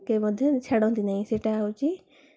କେହି ମଧ୍ୟ ଛାଡ଼ନ୍ତି ନାହିଁ ସେହିଟା ହେଉଛି